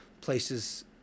places